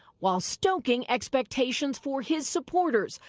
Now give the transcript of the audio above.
while stoking expectations for his supporters,